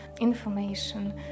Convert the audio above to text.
information